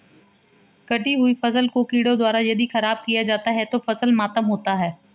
कटी हुयी फसल को कीड़ों द्वारा यदि ख़राब किया जाता है तो फसल मातम होता है